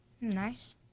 Nice